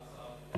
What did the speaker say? מה השר מבקש?